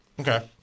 Okay